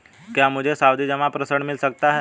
क्या मुझे सावधि जमा पर ऋण मिल सकता है?